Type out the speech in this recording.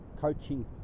coaching